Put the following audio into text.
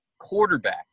quarterback